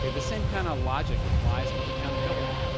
the same kind of logic applies with accountability.